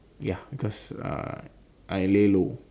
ya because I I lay low